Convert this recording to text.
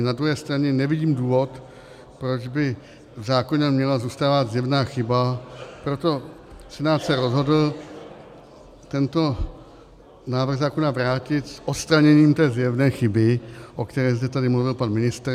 Na druhé straně nevidím důvod, proč by v zákoně měla zůstávat zjevná chyba, proto se Senát rozhodl tento návrh zákona vrátit s odstraněním té zjevné chyby, o které zde mluvil pan ministr.